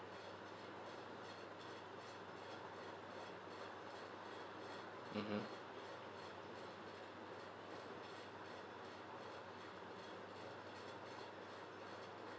mmhmm